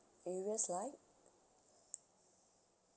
areas like